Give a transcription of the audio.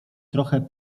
trochę